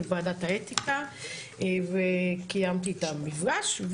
עם ועדת האתיקה וקיימתי איתם מפגש.